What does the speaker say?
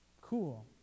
Cool